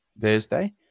Thursday